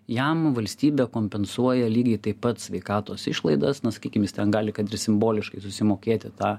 jam valstybė kompensuoja lygiai taip pat sveikatos išlaidas na sakykim jis ten gali kad ir simboliškai susimokėti tą